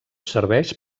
serveix